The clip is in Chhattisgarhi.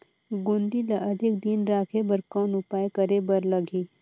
गोंदली ल अधिक दिन राखे बर कौन उपाय करे बर लगही?